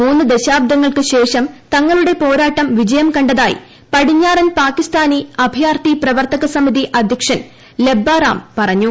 മൂന്ന് ദശാബ്ദങ്ങൾക്ക് ശേഷം തങ്ങളുടെ പോരാട്ടം വിജയം ക തായി പടിഞ്ഞാറൻ പാകിസ്ഥാനി അഭയാർത്ഥി പ്രവർത്തക സമിതി അധ്യക്ഷൻ ലബ്ബ റാം പറഞ്ഞു